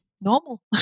normal